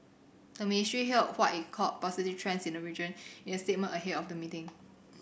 the ministry hailed what it called positive trends in the region in a statement ahead of the meeting